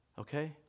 okay